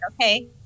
Okay